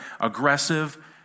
Aggressive